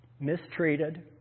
Mistreated